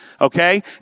Okay